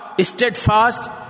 steadfast